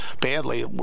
badly